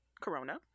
Corona